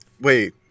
Wait